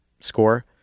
score